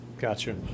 Gotcha